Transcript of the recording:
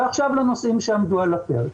ועכשיו לנושאים שעמדו על הפרק.